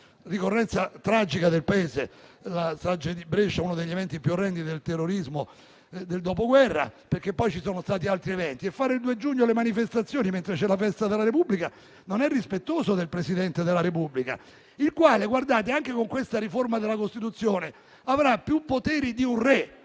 ricorrenza tragica del Paese, la strage di Brescia, uno degli eventi più orrendi del terrorismo del Dopoguerra, perché poi ci sono stati altri eventi. Organizzare le manifestazioni il 2 giugno, mentre c'è la festa della Repubblica, non è rispettoso del Presidente della Repubblica, il quale, anche con questa riforma della Costituzione, avrà più poteri di un re.